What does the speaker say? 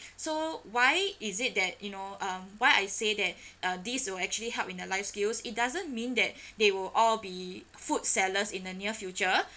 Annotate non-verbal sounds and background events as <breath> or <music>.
so why is it that you know um why I say that <breath> uh this will actually help in the life skills it doesn't mean that <breath> they will all be food sellers in the near future